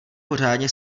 pořádně